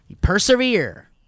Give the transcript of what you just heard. persevere